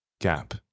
gap